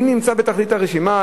מי נמצא בתחתית הרשימה?